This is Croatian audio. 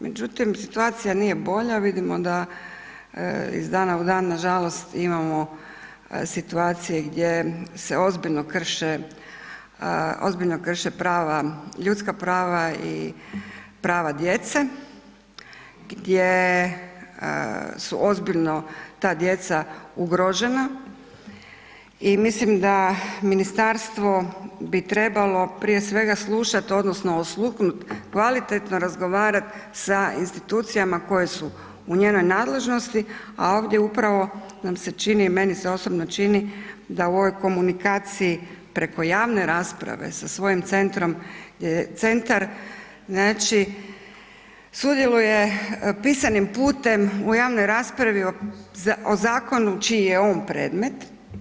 Međutim, situacija nije bolja vidimo da iz dana u dan nažalost imamo situacije gdje se ozbiljno krše prava, ljudska prava i prava djece, gdje su ozbiljno ta djeca ugrožena i mislim da ministarstvo bi trebalo prije svega slušati odnosno osluhnut, kvalitetno razgovarat sa institucijama koje su u njenoj nadležnosti, a ovdje upravo nam se čini, meni se osobno čini da u ovoj komunikaciji preko javne rasprave sa svojim centrom, centar znači sudjeluje pisanim putem u javnoj raspravi o zakonu čiji je on predmet.